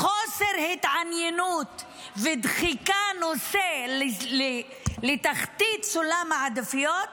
חוסר התעניינות ודחיקת הנושא לתחתית סולם העדיפויות,